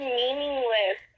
meaningless